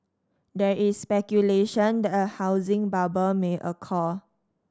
there is speculation that a housing bubble may occur